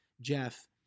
Jeff